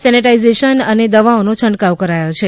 sanitisation અને દવાઓનો છટકાવ કરાયો છે